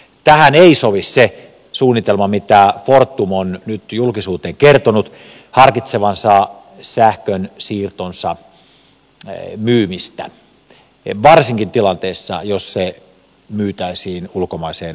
tähän ei sovi se suunnitelma mitä fortum on nyt julkisuuteen kertonut että se harkitsee sähkönsiirtonsa myymistä varsinkin tilanteessa jos se myytäisiin ulkomaiseen omistukseen